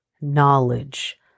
knowledge